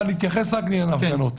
אבל נתייחס רק לעניין ההפגנות.